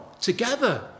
together